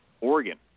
Oregon